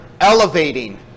elevating